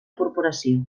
corporació